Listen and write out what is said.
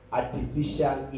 artificial